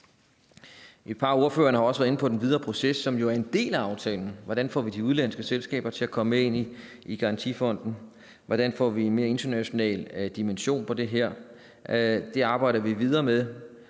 Et par af ordførerne har også været inde på den videre proces, som jo er en del af aftalen, nemlig hvordan vi får de udenlandske selskaber til at komme med ind i garantifonden, og hvordan vi får en mere international dimension på det her. Det arbejder vi videre med,